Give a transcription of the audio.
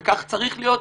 וכך צריך להיות,